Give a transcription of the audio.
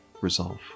resolve